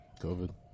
COVID